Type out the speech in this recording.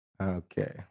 okay